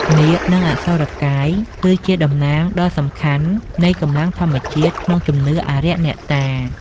នាគ និង អសុរកាយ គឺជាតំណាងដ៏សំខាន់នៃកម្លាំងធម្មជាតិក្នុងជំនឿអារក្សអ្នកតា។